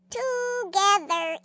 together